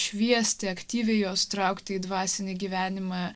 šviesti aktyviai juos traukti į dvasinį gyvenimą